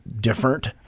different